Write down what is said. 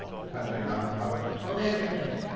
depending on how it goes. well there's your pitch.